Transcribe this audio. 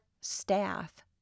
staff